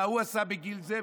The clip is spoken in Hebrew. מה הוא עשה בגיל זה,